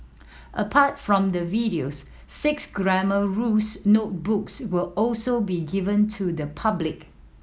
apart from the videos six Grammar Rules notebooks will also be given to the public